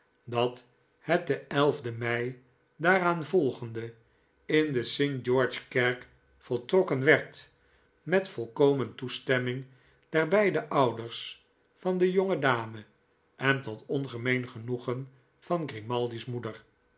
dat het den den mei daaraanvolgende in de st georgekerk voltrokken werd met volkomen toestemming der beideouders van de jonge dame en tot ongemeen genoegen van grimaldi's moeder